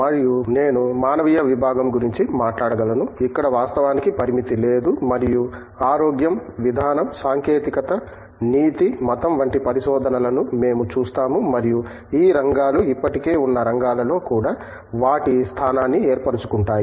మరియు నేను మానవీయ విభాగం గురించి మాట్లాడగలను ఇక్కడ వాస్తవానికి పరిమితి లేదు మరియు ఆరోగ్యం విధానం సాంకేతికత నీతి మతం వంటి పరిశోధనలను మేము చూస్తాము మరియు ఈ రంగాలు ఇప్పటికే ఉన్న రంగాలలో కూడా వాటి స్థానాన్ని ఏర్పరుచుకుంటాయి